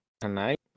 tonight